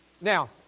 Now